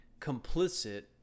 complicit